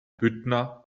büttner